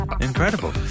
Incredible